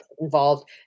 involved